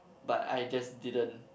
but I just didn't